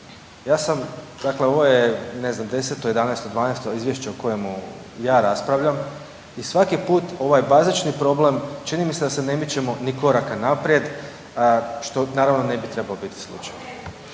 Ja sam, dakle ovo je ne znam 10, 11, 12 izvješće o kojemu ja raspravljam i svaki put ovaj bazični problem čini me se da se ne mičemo ni koraka naprijed što naravno ne bi trebao biti slučaj.